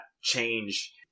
change